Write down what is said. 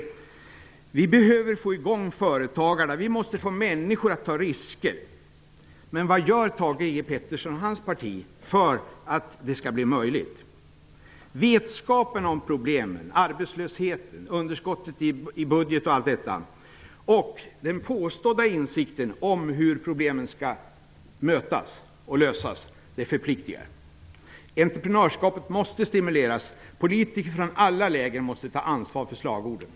Han sade: Vi behöver få igång företagarna. Vi måste få människor att ta risker. Man vad gör Thage G Peterson och hans parti för att det skall bli möjligt? Vetskapen om problemen -- arbetslösheten, underskotten i budgeten och allt detta -- och den påstådda insikten om att problemen skall mötas och lösas förpliktigar. Entreprenörskapet måste stimuleras. Politiker från alla läger måste ta ansvar för slagorden.